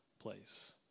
place